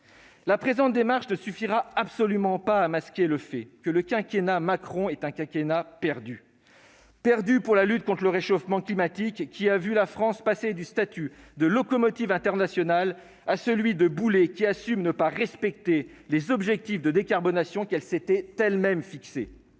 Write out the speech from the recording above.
La présente démarche ne suffira absolument pas à masquer le fait que le quinquennat Macron est un quinquennat perdu pour la lutte contre le réchauffement climatique ; la France est passée du statut de locomotive internationale à celui de boulet assumant de ne pas respecter les objectifs de décarbonation qu'elle s'était elle-même fixés.